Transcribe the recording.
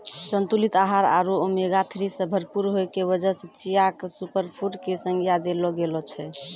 संतुलित आहार आरो ओमेगा थ्री सॅ भरपूर होय के वजह सॅ चिया क सूपरफुड के संज्ञा देलो गेलो छै